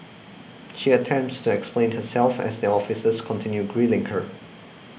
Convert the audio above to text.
she attempts to explain herself as the officers continue grilling her